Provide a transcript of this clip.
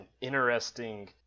interesting